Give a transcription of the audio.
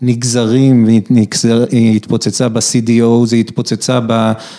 נגזרים והתפוצצה ב-CDO, זה התפוצצה ב...